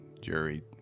Jerry